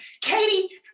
Katie